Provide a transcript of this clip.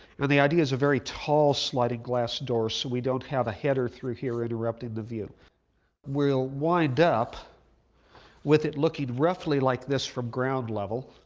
but the idea is a very tall sliding glass door so we don't have a header through here interrupting the view we'll wind up with it looking roughly like this from ground level.